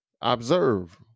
observe